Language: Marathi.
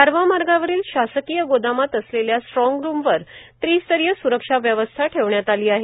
दारव्हा मार्गावरील शासकीय गोदामात असलेल्या स्ट्रॉगरूमवर त्रि स्तरीय स्रक्षा व्यवस्था ठेवण्यात आली आहे